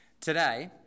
today